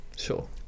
sure